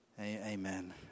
Amen